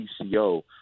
PCO